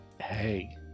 Hey